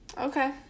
Okay